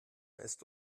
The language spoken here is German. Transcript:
ist